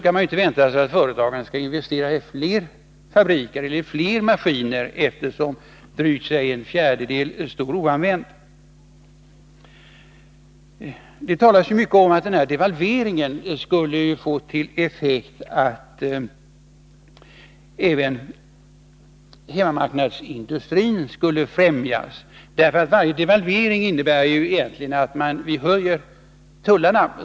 Man kan inte vänta sig att företagen skall investera i fler fabriker eller fler maskiner då kanske en fjärdedel står oanvända, Det talas mycket om att devalveringen skulle få till effekt att även hemmamarknadsindustrin skulle främjas. Varje devalvering innebär ju egentligen att vi så att säga höjer tullarna.